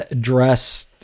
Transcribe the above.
dressed